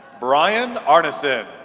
brian arneson.